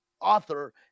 author